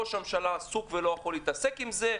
כשראש הממשלה עסוק ולא יכול להתעסק עם זה,